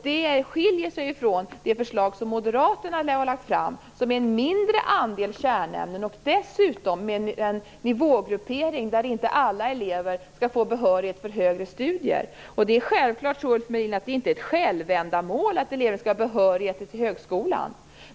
Det skiljer sig från det förslag som moderaterna har lagt fram och som innebär mindre andel kärnämnen och dessutom har en nivågruppering som innebär att inte alla elever skall få behörighet för högre studier. Det är inte ett självändamål att eleverna skall ha behörighet till högskolan.